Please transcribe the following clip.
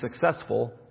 successful